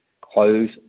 close